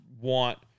want